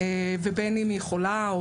ובין אם היא חולה,